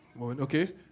Okay